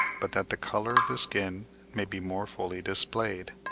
but that the colour of the skin may be more fully displayed.